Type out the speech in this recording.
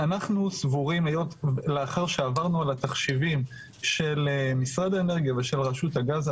היות ולאחר שעברנו על התחשיבים של משרד האנרגיה ושל רשות הגז,